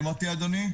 אדוני.